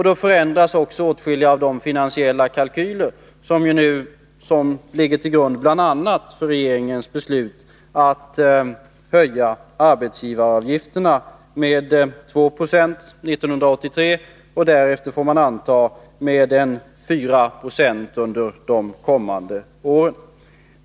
Då förändras också åtskilliga av de finansiella kalkyler som nu ligger till grund för bl.a. regeringens beslut att höja arbetsgivaravgifterna med 2 90 1983 och därefter, får man anta, med ca 4 96 under de kommande åren.